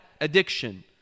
addiction